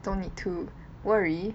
don't need to worry